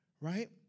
Right